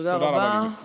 תודה רבה, גברתי.